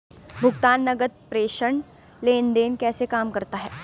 भुगतान नकद प्रेषण लेनदेन कैसे काम करता है?